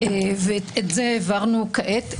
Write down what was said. ואת זה העברנו כעת.